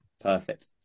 perfect